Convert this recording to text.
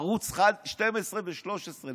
ערוץ 12 ו-13,